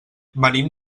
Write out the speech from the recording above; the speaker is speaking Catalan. venim